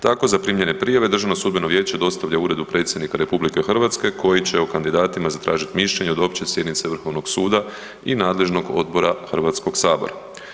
Tako zaprimljene prijave, Državno sudbeno vijeće dostavlja Uredu Predsjednika RH koji će o kandidatima zatražiti mišljenje od opće sjednice Vrhovnog suda i nadležnog odbora Hrvatskog sabora.